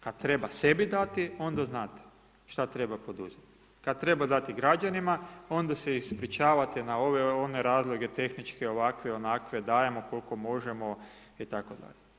Kada treba sebi dati, onda znate šta treba poduzeti, kada treba dati građanima, onda se ispričavate na ove, one razloge, tehničke, ovakve, onakve, dajemo koliko možemo itd.